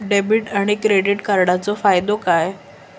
Debit आणि credit कार्डचो फायदो काय?